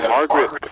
Margaret